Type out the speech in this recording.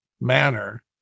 manner